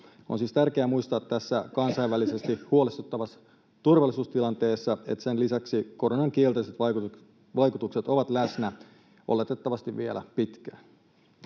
On siis tärkeää muistaa tässä kansainvälisesti huolestuttavassa turvallisuustilanteessa, että sen lisäksi koronan kielteiset vaikutukset ovat läsnä oletettavasti vielä pitkään.